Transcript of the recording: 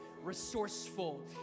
resourceful